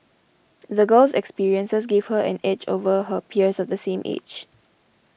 the girl's experiences gave her an edge over her peers of the same age